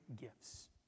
gifts